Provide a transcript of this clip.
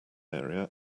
area